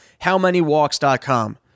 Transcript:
HowManyWalks.com